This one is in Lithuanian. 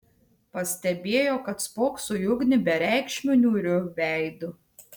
pastebėjo kad spokso į ugnį bereikšmiu niūriu veidu